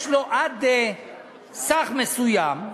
יש לו עד סך מסוים,